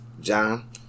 John